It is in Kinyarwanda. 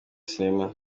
sinema